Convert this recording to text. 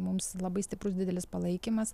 mums labai stiprus didelis palaikymas